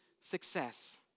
success